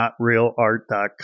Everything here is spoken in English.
NotRealArt.com